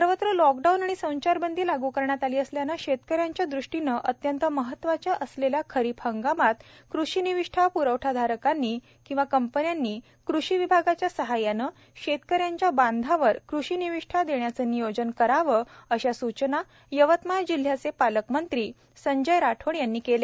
सर्वत्र लॉकडाऊन आणि संचारबंदी लागू करण्यात आली असल्याने शेतक यांच्या दृष्टीने अत्यंत महत्वाच्या असलेल्या खरीप हंगामात कृषी निविष्ठा प्रवठाधारकांनी कंपन्यांनी कृषी विभागाच्या सहाय्याने शेतक यांच्या बांधावर कृषी निविष्ठा देण्याचे नियोजन करावे अशा सुचना यवतमाळ जिल्ह्याचे पालकमंत्री संजय राठोड यांनी केल्या